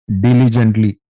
diligently